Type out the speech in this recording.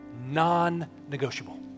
non-negotiable